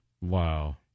Wow